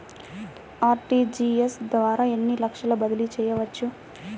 RTGS ద్వారా ఎన్ని లక్షలు బదిలీ చేయవచ్చు?